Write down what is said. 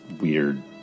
weird